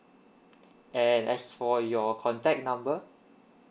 and as for your contact number